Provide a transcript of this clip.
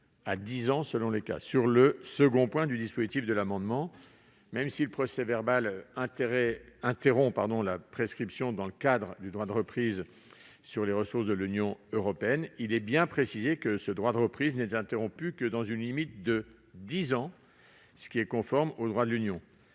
à dix ans selon les cas. Sur le second point du dispositif de l'amendement, même si le procès-verbal interrompt la prescription dans le cadre du droit de reprise sur les ressources de l'Union européenne, il est bien précisé que ce droit de reprise n'est interrompu que dans une limite de dix ans, ce qui est conforme au droit de l'Union.